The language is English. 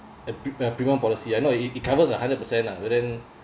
uh a premium policy or not it cover a hundred percent lah wouldn't